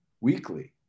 weekly